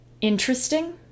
interesting